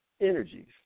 energies